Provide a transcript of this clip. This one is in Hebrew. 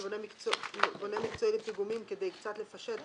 בונה מקצועי לפיגומים כדי קצת לפשט,